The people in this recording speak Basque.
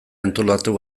antolatu